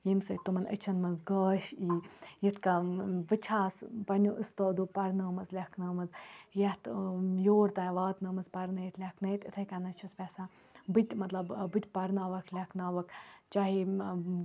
ییٚمہِ سۭتۍ تِمَن أچھَن منٛز گاش ای یِتھ کٔنۍ بہٕ چھَس پنٛنیو اُستادو پرنٲومٕژ لیکھنٲومٕژ یَتھ یور تانۍ واتنٲومٕژ پَرنٲیِتھ لیکھنٲیِتھ اِتھَے کَنَتھ چھَس بہٕ یَژھان بہٕ تہِ مطلب بہٕ تہِ پرناوَکھ لیکھناوَکھ چاہے